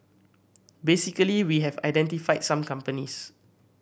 basically we have identified some companies